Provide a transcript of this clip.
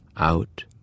Out